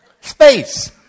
Space